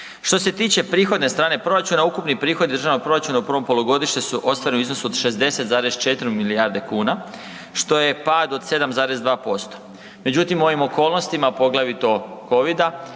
Što se tiče prihodne strane proračuna, ukupni prihod državnog proračuna u prvom polugodištu ostvareni su u iznosu od 60,4 milijardi kuna što je pad od 7,2%. Međutim, u ovim okolnostima poglavito covida